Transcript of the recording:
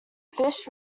fish